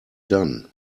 done